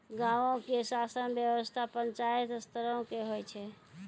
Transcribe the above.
गांवो के शासन व्यवस्था पंचायत स्तरो के होय छै